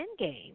Endgame